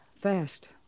Fast